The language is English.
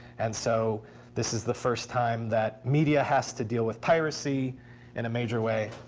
and so this is the first time that media has to deal with piracy in a major way.